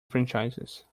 franchises